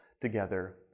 together